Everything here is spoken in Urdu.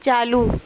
چالو